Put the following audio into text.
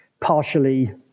partially